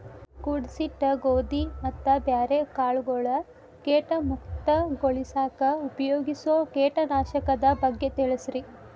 ಕೂಡಿಸಿಟ್ಟ ಗೋಧಿ ಮತ್ತ ಬ್ಯಾರೆ ಕಾಳಗೊಳ್ ಕೇಟ ಮುಕ್ತಗೋಳಿಸಾಕ್ ಉಪಯೋಗಿಸೋ ಕೇಟನಾಶಕದ ಬಗ್ಗೆ ತಿಳಸ್ರಿ